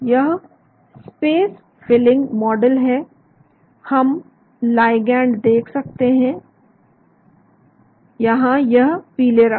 यह space filling model है हम लाइगैंड देख सकते हैं या यहां यह पीले रंग